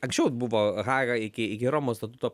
anksčiau buvo haga iki iki romos statuto